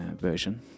version